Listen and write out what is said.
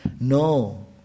No